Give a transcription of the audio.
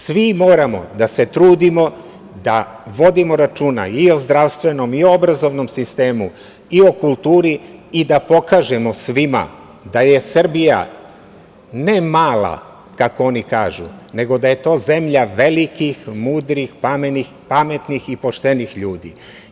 Svi moramo da se trudimo da vodimo računa i o zdravstvenom i o obrazovnom sistemu, i o kulturi i da pokažemo svima da je Srbija ne mala, kako oni kažu, nego da je to zemlja velikih, mudrih, pametnih i poštenih ljudi.